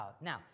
Now